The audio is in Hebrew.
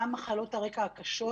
גם מחלות קרע קשות,